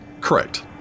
Correct